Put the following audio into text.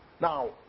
Now